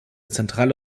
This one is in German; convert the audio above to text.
zentrale